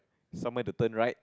somewhere to turn right